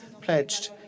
pledged